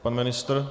Pan ministr?